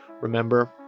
remember